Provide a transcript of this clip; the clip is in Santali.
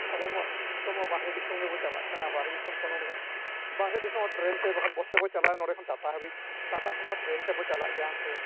ᱟᱵᱚ ᱢᱟ ᱱᱤᱛᱳᱜ ᱢᱟ ᱵᱟᱦᱨᱮ ᱫᱤᱥᱚᱢ ᱜᱮᱵᱚᱱ ᱪᱟᱞᱟᱜ ᱠᱟᱱᱟ ᱵᱟᱦᱨᱮ ᱫᱤᱥᱚᱢ ᱠᱷᱚᱱ ᱜᱮ ᱦᱟᱸᱜ ᱵᱟᱦᱨᱮ ᱫᱤᱥᱚᱢ ᱦᱚᱸ ᱴᱨᱮᱱ ᱛᱮ ᱵᱟᱠᱷᱟᱱ ᱵᱟᱥ ᱛᱮᱵᱚᱱ ᱪᱟᱞᱟᱜᱼᱟ ᱱᱚᱰᱮ ᱠᱷᱚᱱ ᱴᱟᱴᱟ ᱦᱟᱹᱵᱤᱡ ᱴᱟᱴᱟ ᱠᱷᱚᱱ ᱢᱟ ᱴᱨᱮᱱ ᱛᱮᱵᱚᱱ ᱪᱟᱞᱟᱜ ᱜᱮᱭᱟ ᱦᱟᱱᱛᱮ